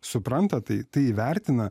supranta tai įvertina